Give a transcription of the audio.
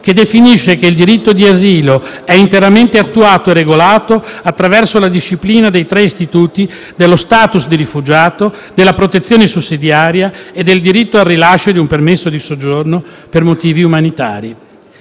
che definisce che il diritto di asilo è interamente attuato e regolato attraverso la disciplina dei tre istituti dello *status* di rifugiato, della protezione sussidiaria e del diritto al rilascio di un permesso di soggiorno per motivi umanitari;